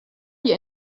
die